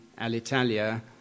Alitalia